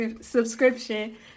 subscription